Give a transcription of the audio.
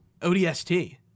ODST